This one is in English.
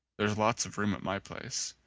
there's lots of room at my place.